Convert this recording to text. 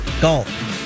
Golf